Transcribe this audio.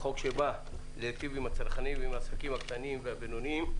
חוק שבא להיטיב עם הצרכנים ועם העסקים הקטנים והבינוניים,